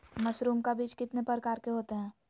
Mushroom का बीज कितने प्रकार के होते है?